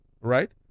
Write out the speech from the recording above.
right